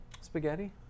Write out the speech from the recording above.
Spaghetti